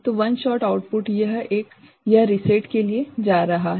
तो one shot output यह एक यह रीसेट के लिए जा रहा है